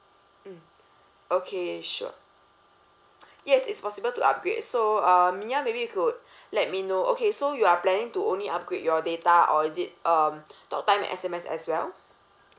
mm okay sure yes is possible to upgrade so uh mya maybe you could let me know okay so you are planning to only upgrade your data or is it um talk time and S_M_S as well